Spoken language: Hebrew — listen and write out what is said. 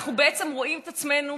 אנחנו בעצם רואים את עצמנו